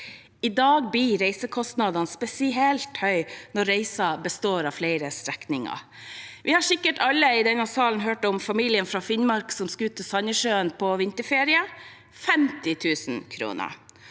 I dag blir reisekostnaden spesielt høy når reisen består av flere strekninger. Vi har sikkert alle i denne salen hørt om familien fra Finnmark som skulle til Sandnessjøen på vinterferie – 50 000 kr. Her